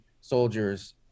soldiers